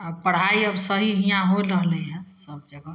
आब पढ़ाइ आओर सही हिआँ हो रहलै हँ सब जगह